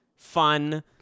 fun